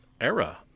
era